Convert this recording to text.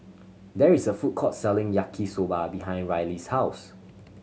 there is a food court selling Yaki Soba behind Riley's house